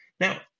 Now